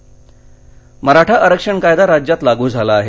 मराठाः मराठा आरक्षण कायदा राज्यात लागू झाला आहे